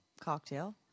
cocktail